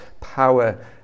power